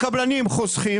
הקבלנים חוסכים,